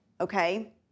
okay